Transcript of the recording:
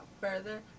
further